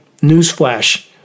Newsflash